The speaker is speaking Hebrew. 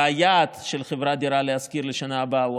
והיעד של חברת "דירה להשכיר" לשנה הבאה הוא